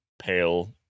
pale